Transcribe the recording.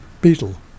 Beetle